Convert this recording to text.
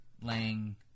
laying